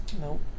Nope